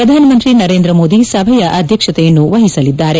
ಪ್ರಧಾನಮಂತ್ರಿ ನರೇಂದ್ರ ಮೋದಿ ಸಭೆಯ ಅಧ್ಯಕ್ಷತೆಯನ್ನು ವಹಿಸಲಿದ್ದಾರೆ